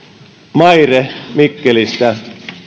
maire mikkelistä